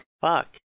Fuck